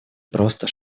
просто